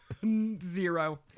zero